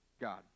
God